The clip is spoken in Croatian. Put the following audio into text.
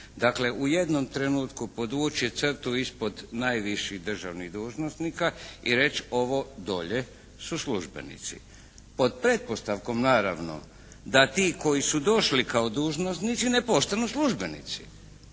Dakle u jednom trenutku podvući crtu ispod najviših državnih dužnosnika i reći ovo dolje su službenici. Pod pretpostavkom naravno da ti koji su došli kao dužnosnici ne postanu službenici.